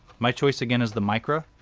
my choice again is the micro,